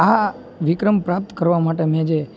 આ વિક્રમ પ્રાપ્ત કરવા માટે મેં જે